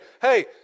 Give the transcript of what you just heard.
Hey